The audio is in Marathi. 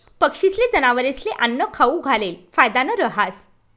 पक्षीस्ले, जनावरस्ले आन्नं खाऊ घालेल फायदानं रहास